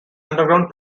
underground